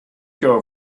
girl